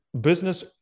business